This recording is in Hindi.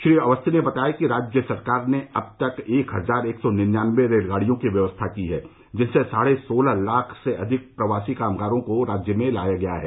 श्री अवस्थी ने बताया कि राज्य सरकार ने अब तक एक हजार एक सौ निन्यानबे रेलगाड़ियों की व्यवस्था की है जिनसे साढे सोलह लाख से अधिक प्रवासी कामगारों को राज्य में लाया गया है